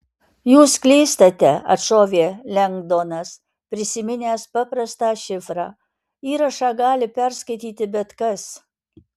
jūs klystate atšovė lengdonas prisiminęs paprastą šifrą įrašą gali perskaityti bet kas